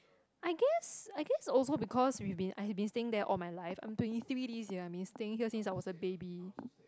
I guess I guess also because we've been I've been staying there all my life I'm twenty three this year I've been staying here since I was a baby